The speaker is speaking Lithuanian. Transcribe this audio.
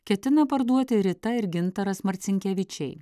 ketina parduoti rita ir gintaras marcinkevičiai